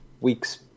weeks